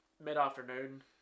mid-afternoon